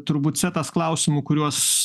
turbūt setas klausimų kuriuos